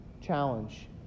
Challenge